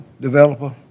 developer